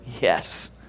Yes